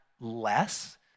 less